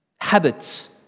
habits